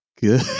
good